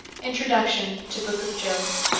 introduction to book of job